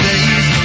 days